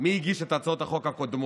מי הגיש את הצעות החוק הקודמות.